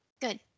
Good